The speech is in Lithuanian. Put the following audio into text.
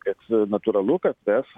kad natūralu kad mes